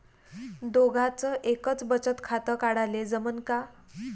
दोघाच एकच बचत खातं काढाले जमनं का?